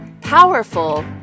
powerful